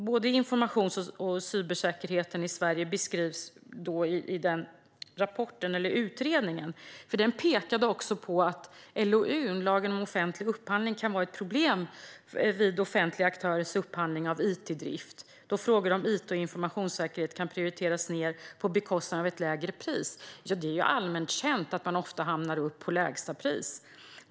Både informations och cybersäkerheten i Sverige beskrivs i utredningen. Man pekade också på att LOU, lagen om offentlig upphandling, kan vara ett problem vid offentliga aktörers upphandling av it-drift då frågan om it och informationssäkerhet kan prioriteras ned för att få lägre pris. Ja, det är ju allmänt känt att man ofta handlar upp till lägsta pris.